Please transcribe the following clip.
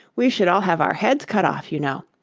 we should all have our heads cut off, you know.